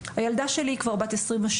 הילדה שלי היא כבר בת 26,